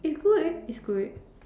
it's good it's good